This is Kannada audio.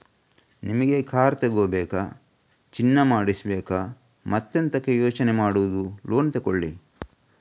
ನಿಮಿಗೆ ಕಾರ್ ತಗೋಬೇಕಾ, ಚಿನ್ನ ಮಾಡಿಸ್ಬೇಕಾ ಮತ್ತೆಂತಕೆ ಯೋಚನೆ ಮಾಡುದು ಲೋನ್ ತಗೊಳ್ಳಿ